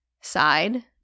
side